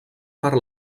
per